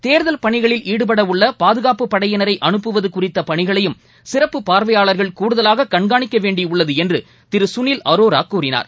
தேர்தல் பணிகளில் ஈடுபடவுள்ளபாதுகாப்புப் படையினரைஅனுப்புவதுகுறித்தபணிகளையும் சிறப்பு பார்வையாளர்கள் கூடுதவாககண்காணிக்கவேண்டியுள்ளதுஎன்றுதிருசுனில் அரோராகூறினார்